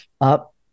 up